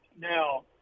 Now